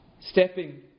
stepping